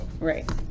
Right